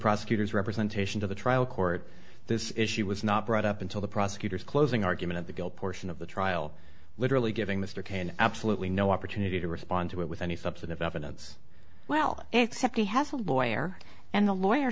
prosecutor's representation to the trial court this issue was not brought up until the prosecutor's closing argument of the guilt portion of the trial literally giving mr kane absolutely no opportunity to respond to it with any substantive evidence well except he has a lawyer and the lawyer